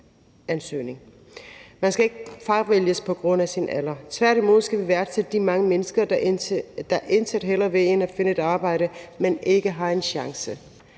Man skal ikke fravælges på grund af sin alder. Tværtimod skal vi værdsætte de mange mennesker, der intet hellere vil end at finde sig et arbejde, men ikke har en chance.